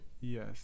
Yes